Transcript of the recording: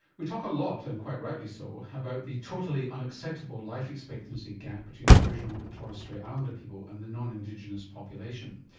we talk a lot, and quite rightly so, about the totally unacceptable life expectancy gap between aboriginal and torres strait islander people and the non-indigenous population.